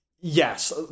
Yes